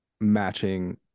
matching